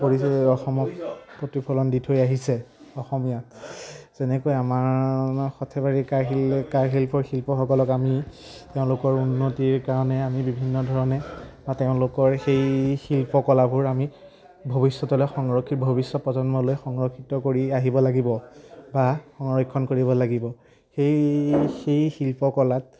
অসমক প্ৰতিফলন দি থৈ আহিছে অসমীয়াক যেনেকৈ আমাৰ সৰ্থেবাৰী কাঁহশিল কাঁহশিল্প শিল্পসকলক আমি তেওঁলোকৰ উন্নতিৰ কাৰণে আমি বিভিন্ন ধৰণে বা তেওঁলোকৰ সেই শিল্পকলাবোৰ আমি ভৱিষ্যতলৈ সংৰক্ষিত ভৱিষ্যত প্ৰজন্মলৈ সংৰক্ষিত কৰি ৰাখিব লাগিব বা সংৰক্ষণ কৰিব লাগিব সেই সেই শিল্পকলাত